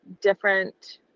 different